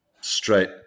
straight